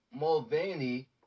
Mulvaney